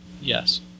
Yes